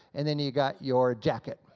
and then you got your jacket.